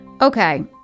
Okay